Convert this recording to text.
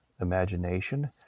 imagination